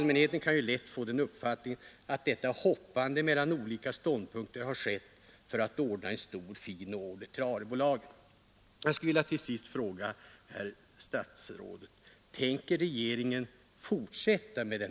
Allmänheten kan lätt få den uppfattningen, att detta hoppande mellan olika ståndpunkter har skett för att ordna en stor, fin order till Arebolagen.